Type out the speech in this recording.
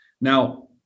Now